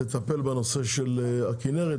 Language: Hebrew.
מבחינתי זה לטפל בנושא של הכנרת,